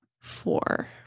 four